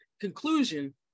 Conclusion